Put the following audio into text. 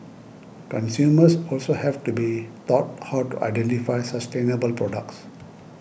consumers also have to be taught how to identify sustainable products